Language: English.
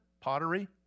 pottery